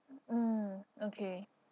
mm okay